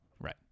Right